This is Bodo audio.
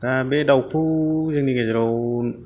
दा बे दाउखौ जोंनि गेजेराव